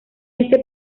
este